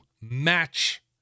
match